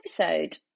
episode